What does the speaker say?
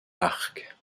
arcs